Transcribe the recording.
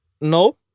No